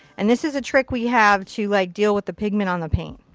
and this is a trick we have to like deal with the pigment on the paint.